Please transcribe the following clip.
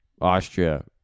Austria